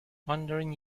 wandering